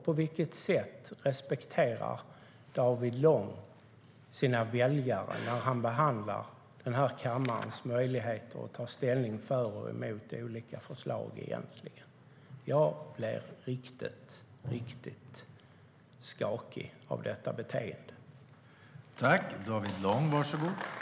På vilket sätt respekterar David Lång sina väljare när han behandlar kammarens möjlighet att ta ställning för och emot olika förslag på detta sätt? Jag blir riktigt skakig av detta beteende.